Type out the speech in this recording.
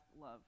love